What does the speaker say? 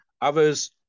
Others